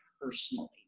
personally